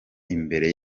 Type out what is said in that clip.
imbere